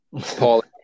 Paul